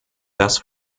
das